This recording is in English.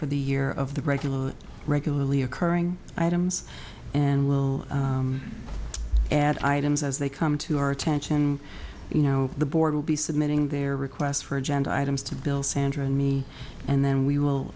for the year of the regular regularly occurring items and we'll add items as they come to our attention you know the board will be submitting their request for agenda items to bill sandra and me and then w